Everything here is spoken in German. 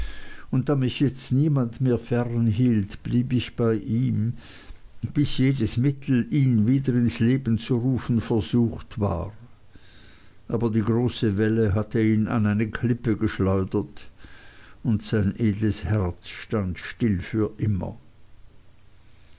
und da mich jetzt niemand mehr fern hielt blieb ich bei ihm bis jedes mittel ihn wieder ins leben zu rufen versucht war aber die große welle hatte ihn an eine klippe geschleudert und sein edles herz stand still für immer